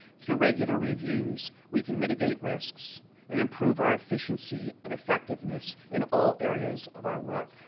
through regular reviews we can mitigate risks and improve our efficiency and effectiveness in all areas of our work.